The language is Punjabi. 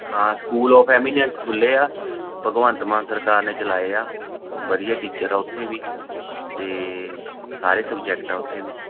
ਹਾਂ ਸਕੂਲ ਓਫ ਐਮੀਨੈੱਸ ਖੁੱਲ੍ਹੇ ਆ ਭਗਵੰਤ ਮਾਨ ਸਰਕਾਰ ਨੇ ਚਲਾਏ ਆ ਵਧੀਆ ਟੀਚਰ ਆ ਉੱਥੇ ਵੀ ਅਤੇ ਸਾਰੇ ਸਬਜੈਕਟ ਆ ਉੱਥੇ ਵੀ